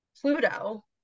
Pluto